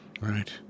Right